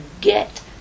get